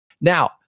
Now